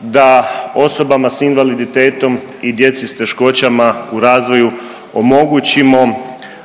da osobama s invaliditetom i djeci s teškoćama u razvoju omogućimo bolje